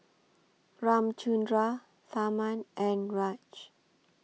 Ramchundra Tharman and Raj